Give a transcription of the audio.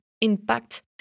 impact